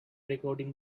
recording